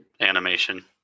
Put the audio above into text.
animation